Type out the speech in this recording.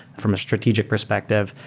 from a strategic perspective,